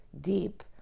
deep